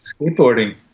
Skateboarding